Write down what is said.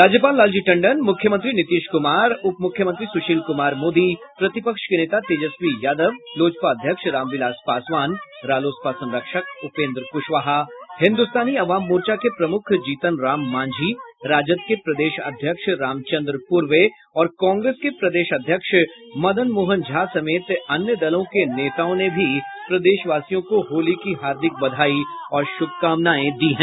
राज्यपाल लालजी टंडन मुख्यमंत्री नीतीश कुमार उपमुख्यमंत्री सुशील कुमार मोदी प्रतिपक्ष के नेता तेजस्वी यादव लोजपा अध्यक्ष रामविलास पासवान रालोसपा संरक्षक उपेन्द्र कुशवाहा हिन्दुस्तानी अवाम मोर्चा के प्रमुख जीतन राम मांझी राजद के प्रदेश अध्यक्ष रामचंद्र पूर्वे और कांग्रेस के प्रदेश अध्यक्ष मदन मोहन झा समेत अन्य दलों के नेताओं ने भी प्रदेशवासियों को होली की हार्दिक बधाई और शुभकामनाएं दी हैं